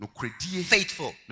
Faithful